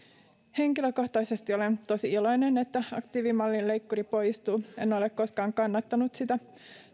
henkilökohtaisesti olen tosi iloinen että aktiivimallin leikkuri poistuu en ole koskaan kannattanut sitä